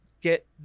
get